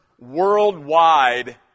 worldwide